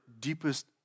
deepest